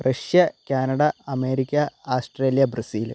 Russia Canada America Australia Brazil